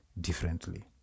differently